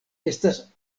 estas